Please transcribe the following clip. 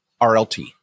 RLT